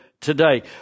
today